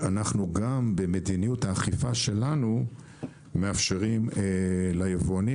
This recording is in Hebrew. במדיניות האכיפה שלנו אנחנו מאפשרים ליבואנים